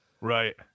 right